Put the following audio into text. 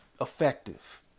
Effective